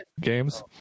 games